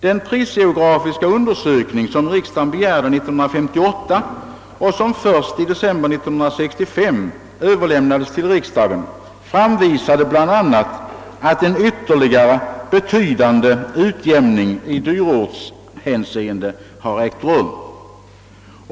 Den prisgeografiska undersökning som riksdagen begärde 1958 och som först i december 1965 överlämnades till riksdagen framvisade bl.a. att en ytterligare betydande utjämning i dyrortshänseende har ägt rum.